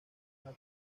una